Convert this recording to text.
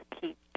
keep